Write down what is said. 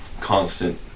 constant